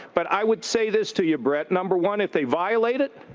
but i would say this to you, bret. number one, if they violate it,